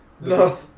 No